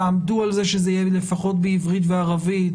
תעמדו על כך שזה יהיה לפחות בעברית ובערבית,